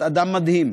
את אדם מדהים.